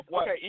Okay